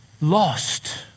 lost